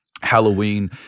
Halloween